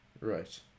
Right